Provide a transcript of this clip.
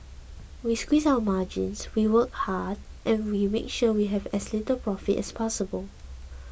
we squeeze our margins we work hard and we make sure that we have as little profit as possible